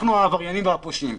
אנחנו העבריינים והפושעים.